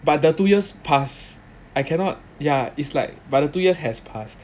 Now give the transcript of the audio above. but the two years pass I cannot ya it's like but the two years has passed